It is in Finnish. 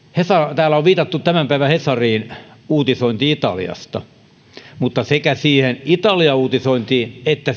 täällä on viitattu tämän päivän hesarin uutisointiin italiasta mutta sekä siihen italia uutisointiin että